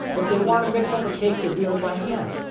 if they want to mix up a cake, they're doing it by hand.